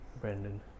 Brandon